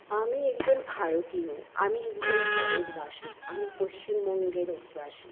আমি একজন ভারতীয় আমি একজন ভারতবাসী আমি পশ্চিমবঙ্গের অধিবাসী